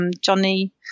Johnny